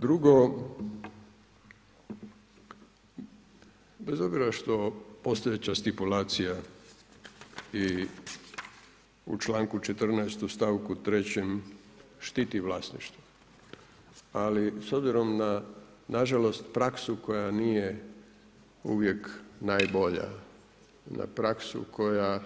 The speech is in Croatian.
Drugo, bez obzira što postojeća stimulacija i u članku 14. stavku 3. štiti vlasništvo, ali s obzirom na nažalost praksu koja nije uvijek najbolja, na praksu koja